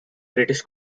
british